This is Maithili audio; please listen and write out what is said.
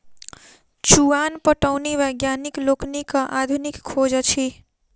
चुआन पटौनी वैज्ञानिक लोकनिक आधुनिक खोज अछि